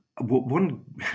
one